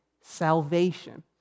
salvation